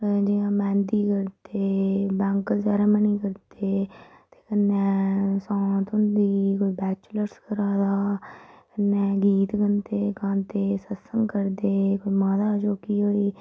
जियां मैंह्दी करदे बैंगल सरमनी करदे ते कन्नै सांत होंदी कोई वैचुलर्स करा दा कन्नै गीत गांदे सतसंग करदे कोई माता दी चौकी होई